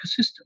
ecosystem